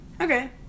Okay